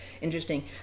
interesting